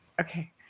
Okay